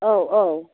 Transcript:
औ औ